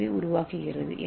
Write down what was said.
ஏவை உருவாக்குகிறது